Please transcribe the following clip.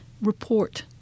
report